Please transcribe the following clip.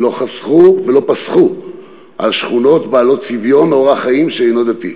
ולא פסחו על שכונות בעלות צביון אורח חיים שאינו דתי,